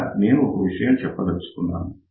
ఇక్కడ నేను ఒక విషయం చెప్పదలుచుకున్నాను